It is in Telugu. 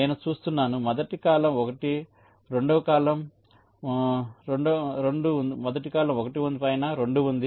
నేను చూస్తున్నాను మొదటి కాలమ్ 1 పైన 2 ఉంది